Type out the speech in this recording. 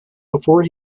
before